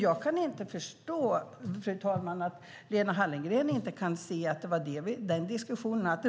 Jag kan inte förstå att Lena Hallengren inte kan se att det var detta diskussionen handlade om.